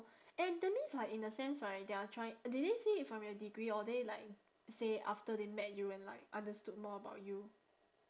and that means like in a sense right they're try~ did they see it from your degree or they like say after they met you and like understood more about you